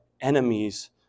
enemies